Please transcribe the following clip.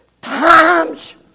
times